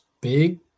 big